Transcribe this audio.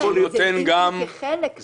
אז הוא נותן גם סיבתיות.